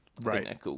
Right